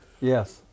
Yes